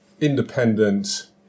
independent